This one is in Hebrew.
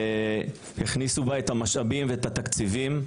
והכניסו בה את המשאבים ואת התקציבים,